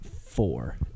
four